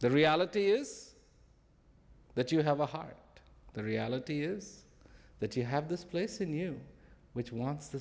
the reality is that you have a heart the reality is that you have this place in you which wants t